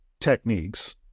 techniques